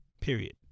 Period